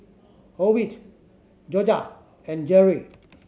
Ovid Jorja and Geri